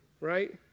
Right